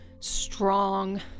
strong